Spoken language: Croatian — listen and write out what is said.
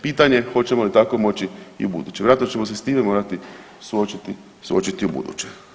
To je pitanje hoćemo li tako moći i ubuduće, vjerojatno ćemo se s time morati suočiti ubuduće.